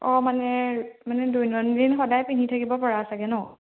অঁ মানে মানে দৈনন্দিন সদায় পিন্ধি থাকিব পৰা চাগে ন